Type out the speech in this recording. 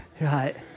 Right